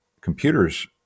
computers